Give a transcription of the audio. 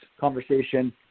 conversation